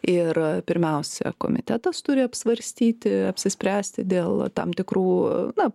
ir pirmiausia komitetas turi apsvarstyti apsispręsti dėl tam tikrų na